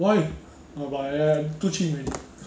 why oh but ya too cheap already